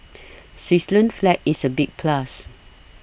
Switzerland's flag is a big plus